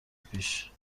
پیش